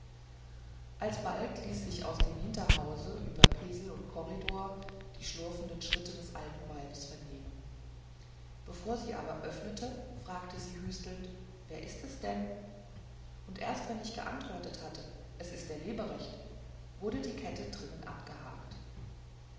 alsbald ließen sich aus dem hinterhaus über pesel und korridor die schlurfenden schritte des alten weibes vernehmen bevor sie aber öffnete fragte sie hüstelnd wer ist es denn und erst wenn ich geantwortet hatte es ist der leberecht wurde die kette drinnen abgehakt